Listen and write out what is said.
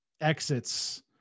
exits